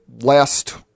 last